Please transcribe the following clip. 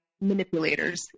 manipulators